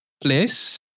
place